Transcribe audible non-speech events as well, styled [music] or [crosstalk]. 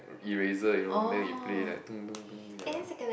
eraser you know then we play like [noise] [noise] [noise] ya lah